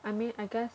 I mean I guess